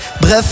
Bref